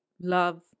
love